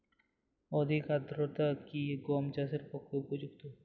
অধিক আর্দ্রতা কি গম চাষের পক্ষে উপযুক্ত?